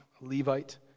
Levite